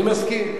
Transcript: אני מסכים.